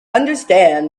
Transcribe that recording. understand